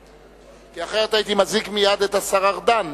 כי אחרת הייתי מזעיק מייד את השר ארדן